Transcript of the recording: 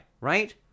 right